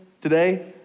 today